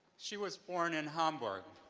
she was born in hamburg,